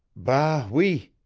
ba oui,